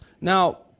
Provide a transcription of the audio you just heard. Now